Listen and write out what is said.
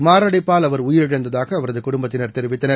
மாரடைப்பால் அவர் உயிரிழந்ததாக அவரது குடும்பத்தினர் தெரிவித்தனர்